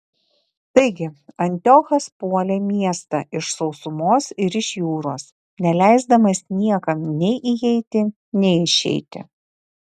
taigi antiochas puolė miestą iš sausumos ir iš jūros neleisdamas niekam nei įeiti nei išeiti